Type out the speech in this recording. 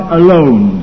alone